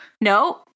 no